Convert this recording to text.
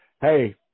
hey